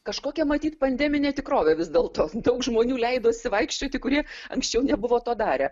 kažkokia matyt pandeminė tikrovė vis dėl to daug žmonių leidosi vaikščioti kurie anksčiau nebuvo to darę